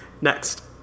Next